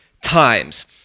times